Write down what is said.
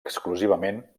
exclusivament